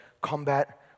Combat